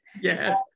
Yes